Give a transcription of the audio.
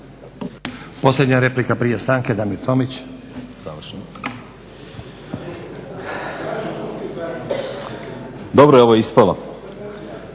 Posljednja replika prije stanke, Damir Tomić. **Tomić,